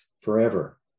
forever